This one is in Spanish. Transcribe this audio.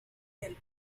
del